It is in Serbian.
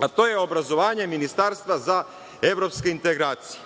a to je obrazovanje ministarstva za evropske integracije.